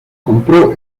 compró